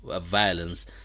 violence